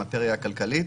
המטריה הכלכלית.